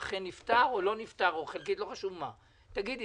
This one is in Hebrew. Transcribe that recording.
ולכן אני